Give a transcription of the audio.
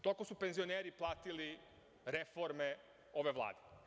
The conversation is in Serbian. Toliko su penzioneri platili reforme ove Vlade.